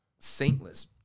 Saintless